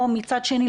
מצד שני,